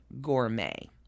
gourmet